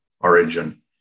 origin